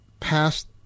past